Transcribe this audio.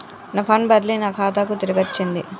నా ఫండ్ బదిలీ నా ఖాతాకు తిరిగచ్చింది